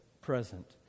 present